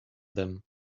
them